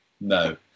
no